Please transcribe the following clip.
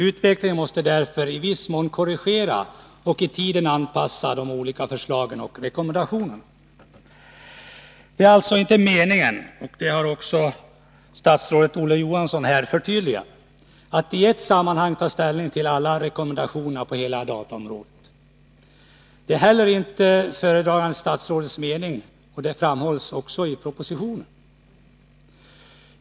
Utvecklingen måste därför i viss mån korrigera och i tiden anpassa de olika förslagen och rekommendationerna. Det är alltså inte meningen att i ett sammanhang ta ställning till alla rekommendationerna på hela dataområdet. Detta är heller inte föredragande statsrådets mening. Det har han framhållit i propositionen och även här i debatten.